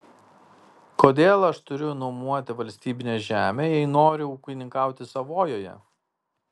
kodėl aš turiu nuomoti valstybinę žemę jei noriu ūkininkauti savojoje